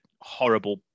horrible